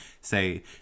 say